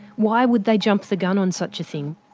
why would they jump the gun on such a thing?